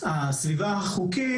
הסביבה החוקית,